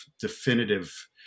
definitive